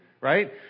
right